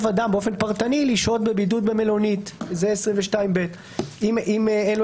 אדם באופן פרטני לשהות בבידוד במלונית אם אין לו